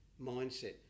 mindset